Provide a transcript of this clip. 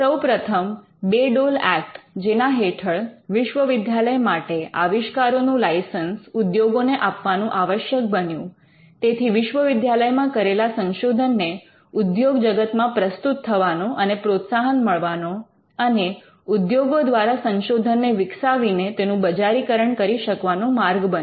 સૌપ્રથમ Bayh Dole Act જેના હેઠળ વિશ્વવિદ્યાલય માટે આવિષ્કારો નું લાઇસન્સ ઉદ્યોગોને આપવાનું આવશ્યક બન્યું તેથી વિશ્વવિદ્યાલય માં કરેલા સંશોધન ને ઉદ્યોગ જગતમાં પ્રસ્તુત થવાનો અને પ્રોત્સાહન મળવાનો અને ઉદ્યોગો દ્વારા સંશોધનને વિકસાવીને તેનું બજારીકરણ કરી શકવાનો માર્ગ બન્યો